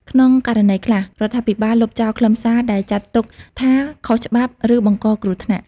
ក្នុងករណីខ្លះ រដ្ឋាភិបាលលុបចោលខ្លឹមសារដែលចាត់ទុកថាខុសច្បាប់ ឬបង្កគ្រោះថ្នាក់។